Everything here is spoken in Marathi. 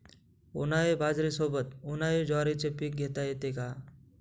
उन्हाळी बाजरीसोबत, उन्हाळी ज्वारीचे पीक घेता येते का?